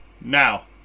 now